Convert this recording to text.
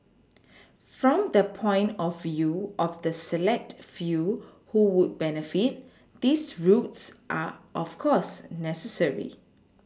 from the point of you of the select few who would benefit these routes are of course necessary